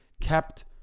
kept